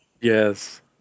yes